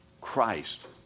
Christ